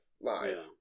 live